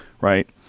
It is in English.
right